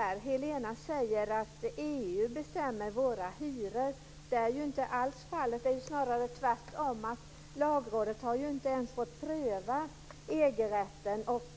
Helena Hillar Rosenqvist säger att EU bestämmer våra hyror. Det är inte alls fallet, utan snarare tvärtom. Lagrådet har inte ens fått pröva EG-rätten och